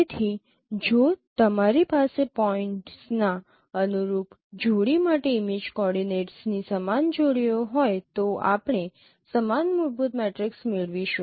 તેથી જો તમારી પાસે પોઇન્ટ્સ ના અનુરૂપ જોડી માટે ઇમેજ કોઓર્ડિનેટ્સની સમાન જોડીઓ હોય તો આપણે સમાન મૂળભૂત મેટ્રિક્સ મેળવીશું